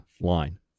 line